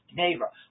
neighbor